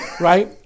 Right